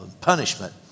punishment